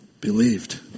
believed